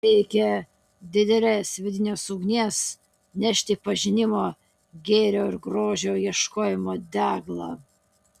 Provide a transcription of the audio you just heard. reikia didelės vidinės ugnies nešti pažinimo gėrio ir grožio ieškojimo deglą